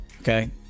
okay